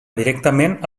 directament